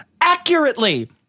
accurately